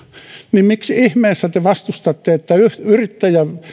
niin miksi ihmeessä te vastustatte että